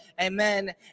amen